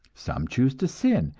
some choose to sin,